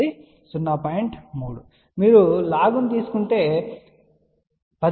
3 మీరు log ను తీసుకుంటే 10